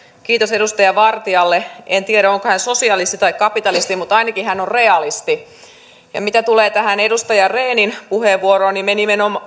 kiitos edustaja vartialle en tiedä onko hän sosialisti tai kapitalisti mutta ainakin hän on realisti mitä tulee tähän edustaja rehnin puheenvuoroon niin me nimenomaan